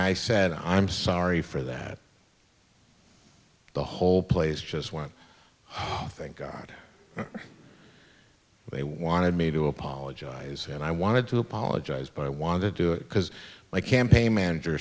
i said i'm sorry for that the whole place just one zero thank god they wanted me to apologize and i wanted to apologize but i wanted to do it because my campaign manager